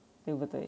对不对